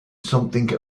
something